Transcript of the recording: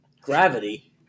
Gravity